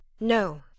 No